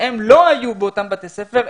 שהם לא היו באותם בתי ספר,